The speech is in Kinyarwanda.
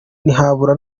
ntihabura